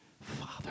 Father